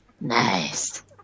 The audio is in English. Nice